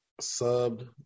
subbed